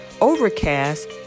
Overcast